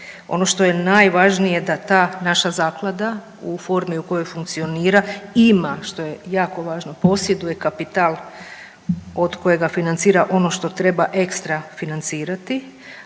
Ono što je najvažnije da ta naša zaklada u formi u kojoj funkcionira ima što je jako važno, posjeduje kapital od kojega financira ono što treba ekstra financirati,